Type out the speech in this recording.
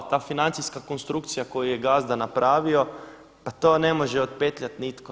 Ta financijska konstrukcija koju je gazda napravio, pa to ne može otpetljat nitko.